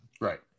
Right